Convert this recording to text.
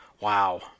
Wow